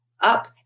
up